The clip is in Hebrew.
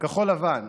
כחול לבן,